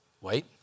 wait